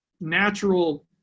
natural